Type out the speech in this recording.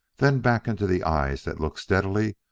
then back into the eyes that looked steadily,